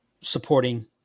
supporting